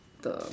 the